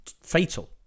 fatal